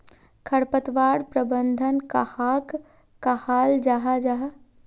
खरपतवार प्रबंधन कहाक कहाल जाहा जाहा?